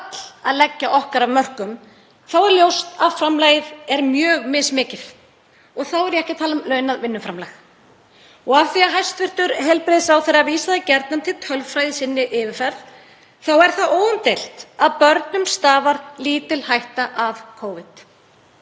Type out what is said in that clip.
þurfum öll að leggja okkar af mörkum, þá er ljóst að framlagið er mjög mismikið. Þá er ég ekki að tala um launað vinnuframlag. Af því að hæstv. heilbrigðisráðherra vísaði gjarnan til tölfræði í sinni yfirferð þá er það óumdeilt að börnum stafar lítil hætta af Covid,